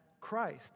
Christ